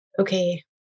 okay